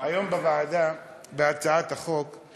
היום בוועדה, בהצעת החוק,